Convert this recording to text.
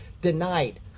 denied